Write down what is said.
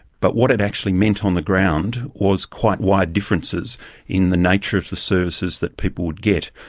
but what it actually meant on the ground was quite wide differences in the nature of the services that people would get.